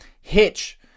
hitch